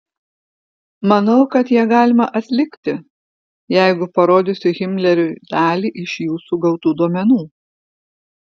manau kad ją galima atlikti jeigu parodysiu himleriui dalį iš jūsų gautų duomenų